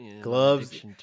Gloves